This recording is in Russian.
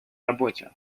работе